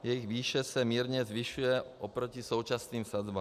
Jejich výše se mírně zvyšuje oproti současným sazbám.